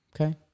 Okay